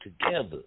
together